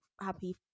happy